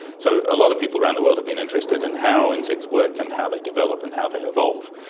so a lot of people around the world have been interested in how insects work and how they develop and how they evolve.